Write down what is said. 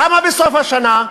למה בסוף השנה?